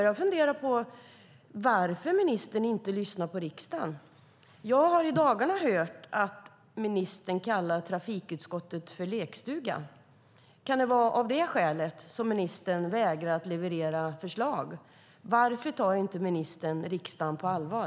Jag funderar på varför ministern inte lyssnar på riksdagen. Jag har i dagarna hört att ministern kallar trafikutskottet för lekstuga. Kan det vara av det skälet som ministern vägrar att leverera förslag? Varför tar ministern inte riksdagen på allvar?